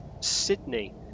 Sydney